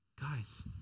Guys